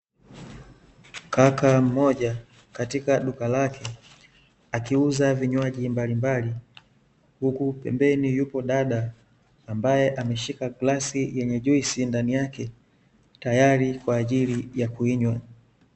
Kaka mmoja katika duka lake, akiuza vinywaji mbalimbali huku pembeni yupo dada, ambaye ameshika glasi yenye juisi ndani yake , tayari kwaajili ya kuinywa.